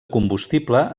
combustible